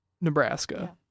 Nebraska